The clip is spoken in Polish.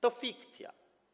To fikcja.